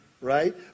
right